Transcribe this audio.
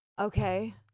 Okay